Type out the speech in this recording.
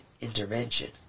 intervention